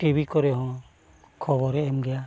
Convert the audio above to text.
TV ᱠᱚᱨᱮ ᱦᱚᱸ ᱠᱷᱚᱵᱚᱨᱮ ᱮᱢ ᱜᱮᱭᱟ